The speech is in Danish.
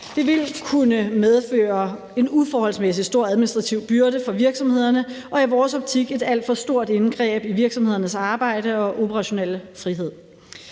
Det vil kunne medføre en uforholdsmæssig stor administrativ byrde for virksomhederne og – i vores optik – et alt for stort indgreb i virksomhedernes arbejde og operationelle frihed.